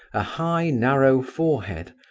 a high, narrow forehead,